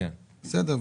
בסדר.